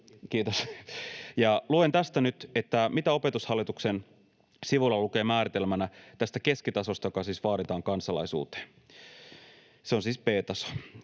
Luen tästä nyt, mitä Opetushallituksen sivuilla lukee määritelmänä tästä keskitasosta, joka siis vaaditaan kansalaisuuteen. Se on siis b-taso.